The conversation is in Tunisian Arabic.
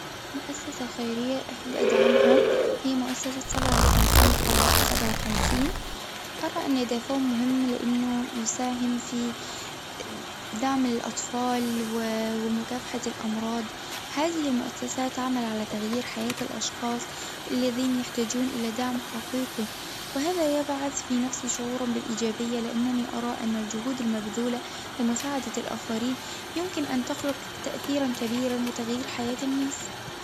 مؤسسة خيرية أحب أدعمها هي مؤسسة سبعة وخمسين ثلاثة سبعة وخمسين، أرى أن دافعهم مهم لإنه يساهم في دعم الأطفال ومكافحة الأمراض، هذه المؤسسة عمل على تغيير حياة الأشخاص الذين يحتاجون إلى دعم حقيقي، وهذا يبعث في نفسي شعور بالإيجابية لأنني أرى أن الجهود المبذولة لمساعدة الآخرين يمكن أن تخلق تأثيرًا كبيرًا بتغيير حياة الناس.